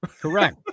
Correct